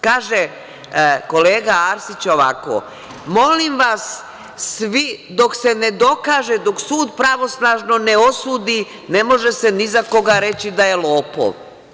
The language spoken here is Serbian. Kaže kolega Arsić ovako – molim vas, dok se ne dokaže, dok sud pravosnažno ne osudi, ne može se ni za koga reći da je lopov.